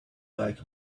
like